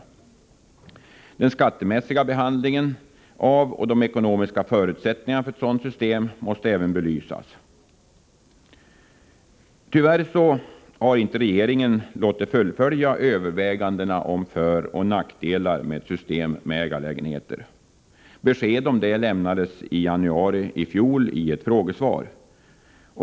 Även den skattemässiga behandlingen av och de ekonomiska förutsättningarna för systemet måste belysas. Tyvärr har inte regeringen låtit fullfölja de överväganden som måste göras av föroch nackdelar med ett system med ägarlägenheter. Besked om det lämnades i januari i fjol i ett frågesvar.